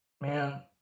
man